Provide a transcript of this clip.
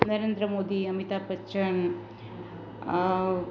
Narendra Modi Amitabh Bachchan